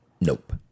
Nope